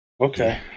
Okay